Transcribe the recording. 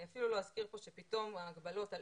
אני אפילו לא אזכיר פה שפתאום ההגבלות על